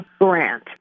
Grant